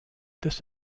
this